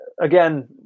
again